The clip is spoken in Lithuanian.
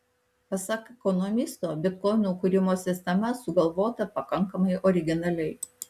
pasak ekonomisto bitkoinų kūrimo sistema sugalvota pakankamai originaliai